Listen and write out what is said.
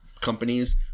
companies